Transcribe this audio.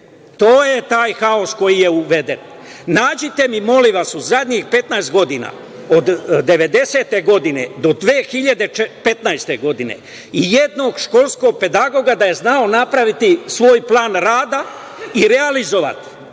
To je taj haos koji je uveden. Nađite mi, molim vas, u poslednjih 15 godina, od 1990. godine do 2015. godine ijednog školskog pedagoga da je znao napraviti svoj plan rada i realizovati.